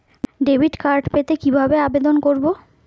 Debit card পেতে কি ভাবে আবেদন করব?